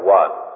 one